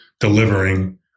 delivering